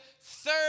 third